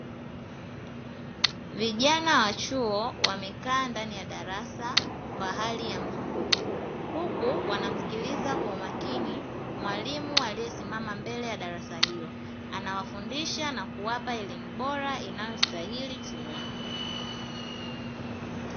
Vijana wa chuo wamekaa ndani ya darasa kwa hali ya mzunguko, huku wanamsikiliza kwa umakini mwalimu aliye simama mbele ya darasa hilo, anawafundisha na kuwapa elimu bora inayo stahili chuoni.